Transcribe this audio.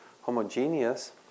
homogeneous